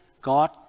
God